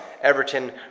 Everton